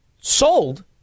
sold